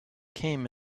came